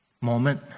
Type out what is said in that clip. moment